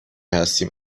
هستیم